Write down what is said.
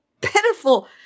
pitiful